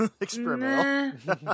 experimental